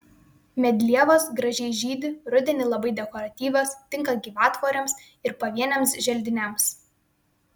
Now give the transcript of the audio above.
medlievos gražiai žydi rudenį labai dekoratyvios tinka gyvatvorėms ir pavieniams želdiniams